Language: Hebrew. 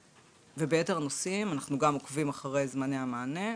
וביתר הנושאים אנחנו גם עוקבים אחרי זמני המענה,